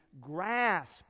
grasp